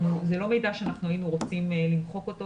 זה לא מידע שהיינו רוצים למחוק אותו.